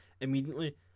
immediately